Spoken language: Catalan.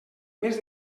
més